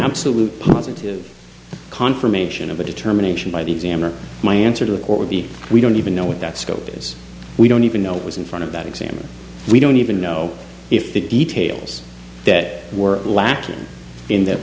absolute positive confirmation of a determination by the examiner my answer to the court would be we don't even know what that scope is we don't even know what was in front of that exam and we don't even know if the details that were lacking in th